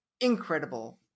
incredible